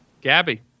Gabby